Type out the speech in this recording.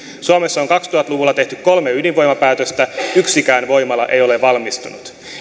suomessa on kaksituhatta luvulla tehty kolme ydinvoimapäätöstä yksikään voimala ei ole valmistunut